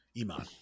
iman